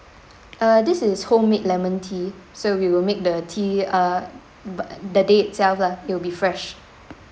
uh this is homemade lemon tea so we will make the tea uh but the day itself lah it will be fresh